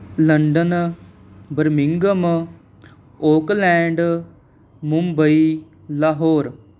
London Birmingham Auckland Mumbai Lahore